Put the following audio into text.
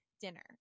dinner